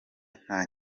nta